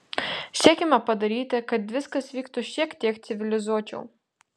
siekiame padaryti kad viskas vyktų šiek tiek civilizuočiau